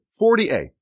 40a